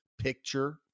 picture